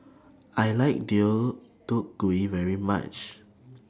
I like Deodeok Gui very much